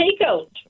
takeout